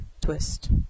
Twist